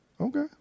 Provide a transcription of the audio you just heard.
Okay